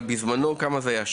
אבל בזמנו, עד איזה גיל זה היה?